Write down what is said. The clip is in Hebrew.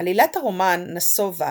עלילת הרומן נסובה